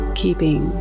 keeping